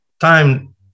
time